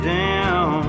down